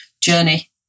journey